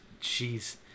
Jeez